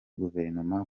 guverinoma